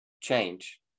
change